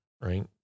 right